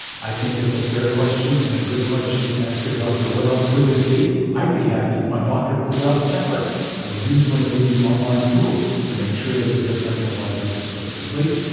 i think it's a fair question and a good question to ask your doctor, what else could this be? i'd be happy if my doctor pulled out a check list or used one of these online tools to make sure that the differential diagnosis was complete.